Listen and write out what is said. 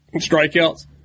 strikeouts